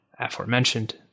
aforementioned